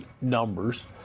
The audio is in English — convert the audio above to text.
numbers